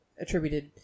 attributed